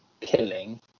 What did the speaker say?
killing